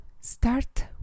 start